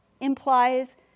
implies